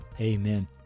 Amen